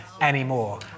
anymore